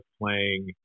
playing